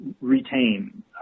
retain